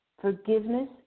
forgiveness